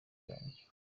rwanjye